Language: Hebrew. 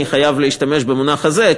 אני חייב להשתמש במונח הזה,